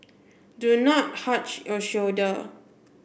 do not hunch your shoulder